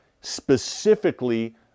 specifically